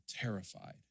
terrified